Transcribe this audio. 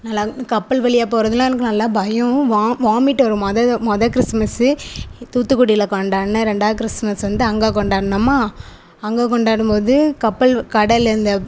நல்லா கப்பல் வழியா போகிறதுலாம் எனக்கு நல்லா பயம் வா வாமிட்டு வரும் முத முத கிறிஸ்மஸ்ஸு தூத்துக்குடியில் கொண்டாடினேன் ரெண்டாவது கிறிஸ்மஸ்ஸு வந்து அங்கே கொண்டாடினோமா அங்கே கொண்டாடும் போது கப்பல் கடல் இந்த